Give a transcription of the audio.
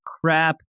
crap